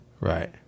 Right